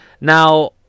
Now